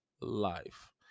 life